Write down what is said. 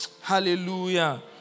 Hallelujah